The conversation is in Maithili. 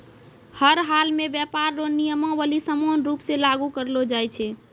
हर हालमे व्यापार रो नियमावली समान रूप से लागू करलो जाय छै